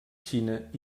xina